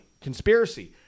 conspiracy